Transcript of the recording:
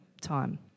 time